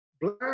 black